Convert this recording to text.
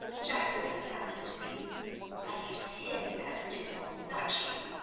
jasper is nothing to me i use him as a tool, not you.